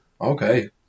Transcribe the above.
okay